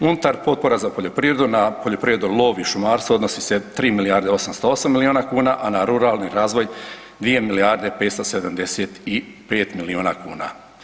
Unutar potpora za poljoprivredu na poljoprivredu, lov i šumarstvo odnosi se 3 milijarde i 808 milijuna kuna, a na ruralni razvoj 2 milijarde 575 milijuna kuna.